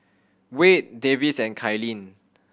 Wayde Davis and Kylene